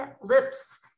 Lips